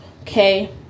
okay